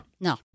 No